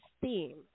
theme